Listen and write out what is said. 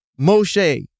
Moshe